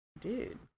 dude